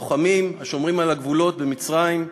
לוחמים השומרים על הגבולות במצרים,